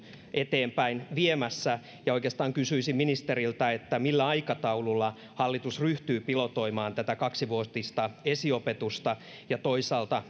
eteenpäin viemässä ja oikeastaan kysyisin ministeriltä millä aikataululla hallitus ryhtyy pilotoimaan tätä kaksivuotista esiopetusta ja toisaalta